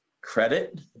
credit